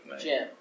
Jim